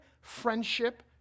friendship